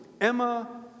Emma